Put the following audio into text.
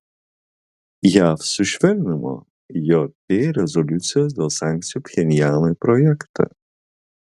jav sušvelnino jt rezoliucijos dėl sankcijų pchenjanui projektą